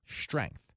strength